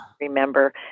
remember